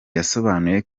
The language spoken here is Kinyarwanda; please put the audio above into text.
yasobanuye